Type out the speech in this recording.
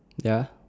ya